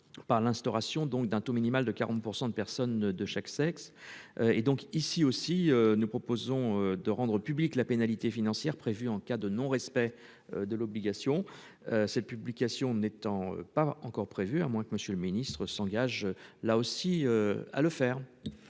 Par l'instauration, donc d'un taux minimal de 40% de personnes de chaque sexe. Et donc ici aussi. Nous proposons de rendre publique la pénalité financière prévue en cas de non respect de l'obligation. Cette publication n'étant pas encore prévu à moins que monsieur le ministre s'engage là aussi à le faire.